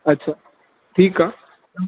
अच्छा ठीक आहे